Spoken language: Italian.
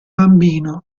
bambino